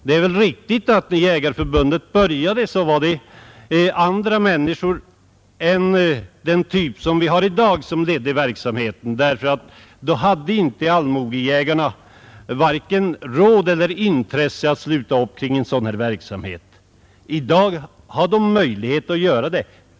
Det är väl riktigt att när Jägareförbundet startade leddes verksamheten av andra människor än den typ förbundet numera består av, ty då hade inte allmogejägarna vare sig råd eller intresse att sluta upp kring en sådan här verksamhet. I dag har de möjlighet att göra det.